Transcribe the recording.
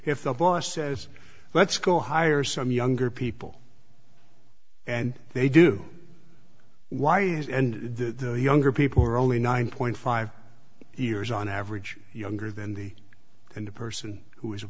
if the boss says let's go hire some younger people and they do y yes and the younger people are only nine point five years on average younger than the and the person who is a